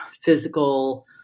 physical